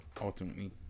Ultimately